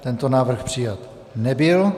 Tento návrh přijat nebyl.